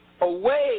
away